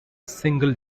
single